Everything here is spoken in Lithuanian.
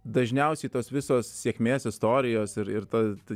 dažniausiai tos visos sėkmės istorijos ir ir ta